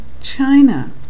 China